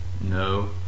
no